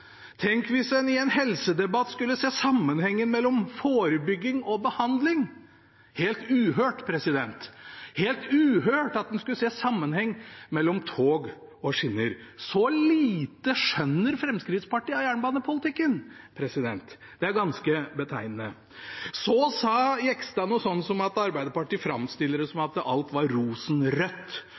Tenk hvis en i en helsedebatt skulle se sammenhengen mellom forebygging og behandling! Helt uhørt – det er helt uhørt at en skulle se sammenheng mellom tog og skinner. Så lite skjønner Fremskrittspartiet av jernbanepolitikken. Det er ganske betegnende. Så sa Jegstad noe sånt som at Arbeiderpartiet framstiller det som at alt var rosenrødt